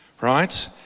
right